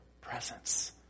presence